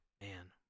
man